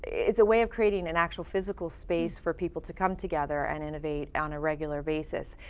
it's a way of creating an actual physical space for people to come together and innovate on a regular basis.